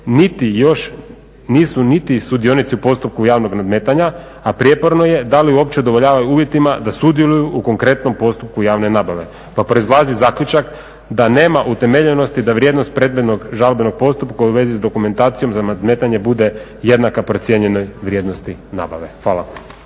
niti još nisu niti sudionici u postupku javnog nadmetanja, a prijeporno je da li uopće … uvjetima da sudjeluju u konkretnom postupku javne nabave. Pa proizlazi zaključak da nema utemeljenosti da vrijednost … žalbenog postupka u vezi sa dokumentacijom za nadmetanje bude jednaka procijenjenoj vrijednosti nabave. Hvala.